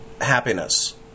happiness